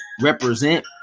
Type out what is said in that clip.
represent